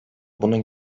bunu